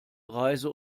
reise